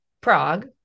Prague